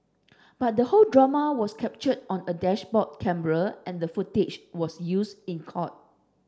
but the whole drama was captured on a dashboard camera and the footage was used in court